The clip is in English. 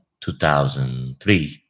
2003